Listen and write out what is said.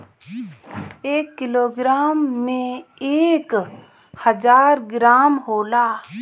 एक किलोग्राम में एक हजार ग्राम होला